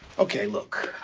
ok, look.